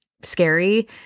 scary